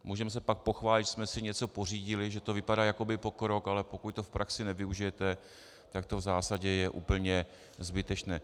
Můžeme se pak pochválit, že jsme si něco pořídili, že to vypadá jakoby pokrok, ale pokud to v praxi nevyužijete, tak to v zásadě je úplně zbytečné.